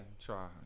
Try